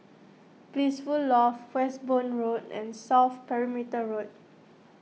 Blissful Loft Westbourne Road and South Perimeter Road